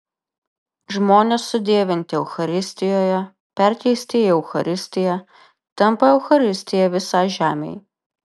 žmonės sudievinti eucharistijoje perkeisti į eucharistiją tampa eucharistija visai žemei